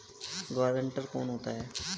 Guarantor कौन होता है?